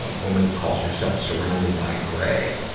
ah woman who calls herself surrounded by gray.